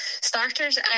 Starters